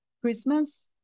Christmas